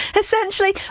essentially